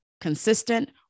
consistent